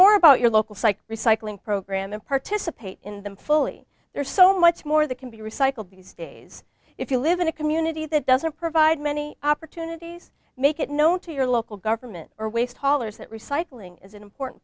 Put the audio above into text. more about your local cyc recycling program and participate in them fully there's so much more that can be recycled these days if you live in a community that doesn't provide many opportunities make it known to your local government or waste haulers that recycling is an important